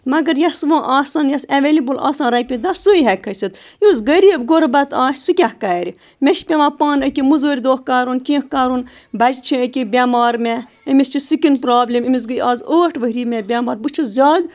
مَگر یۄس وۄنۍ آسان یۄس اٮ۪ویلیبٕل آسَن رۄپیہِ دَہ سُے ہٮ۪کہٕ کھٔسِتھ یُس غریٖب غُربَت آسہِ سُہ کیٛاہ کَرِ مےٚ چھِ پٮ۪وان پانہٕ أکیٛاہ مٔزوٗرۍ دۄہ کَرُن کینٛہہ کَرُن بَچہِ چھِ أکیٛاہ بٮ۪مار مےٚ أمِس چھِ سِکِن پرٛابلِم أمِس گٔے آز ٲٹھ ؤری مےٚ بٮ۪مار بہٕ چھُس زیادٕ